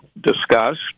discussed